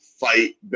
Fight